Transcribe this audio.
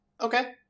okay